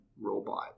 robot